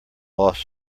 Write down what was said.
lost